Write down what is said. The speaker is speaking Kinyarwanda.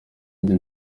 njye